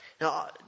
Now